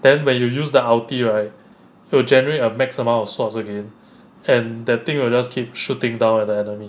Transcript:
then when you use the ulti right to generate a max of swords again and that thing will just keep shooting down at the enemy